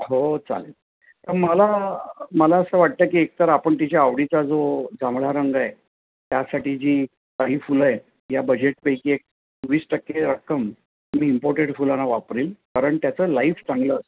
हो चालेल मला मला असं वाटतं की एकतर आपण तिच्या आवडीचा जो जांभळा रंग आहे त्यासाठी जी काही फुलं आहे या बजेट पैकी एक वीस टक्के रक्कम मी इंपोर्टेड फुलांना वापरेल कारण त्याचं लाईफ चांगलं असतं